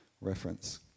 reference